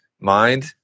mind